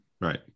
right